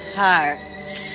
hearts